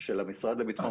של המשרד לביטחון פנים.